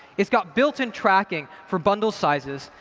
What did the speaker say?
it's got built in tracking for bundle sizes,